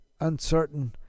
uncertain